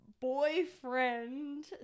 boyfriend